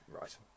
Right